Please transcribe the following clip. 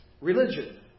religion